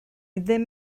ddim